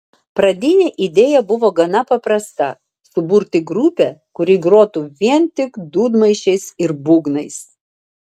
pradinė idėja buvo gana paprasta suburti grupę kuri grotų vien tik dūdmaišiais ir būgnais